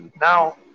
Now